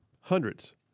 hundreds